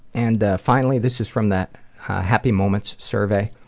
and finally, this is from that happy moments survey,